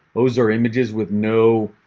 those are images with no